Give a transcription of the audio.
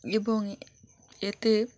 এবং এতে